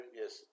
yes